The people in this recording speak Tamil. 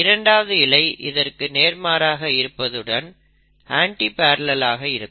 இரண்டாவது இழை இதற்கு நேர்மாறாக இருப்பதுடன் அண்டிபரலெல் ஆக இருக்கும்